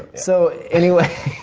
so anyway,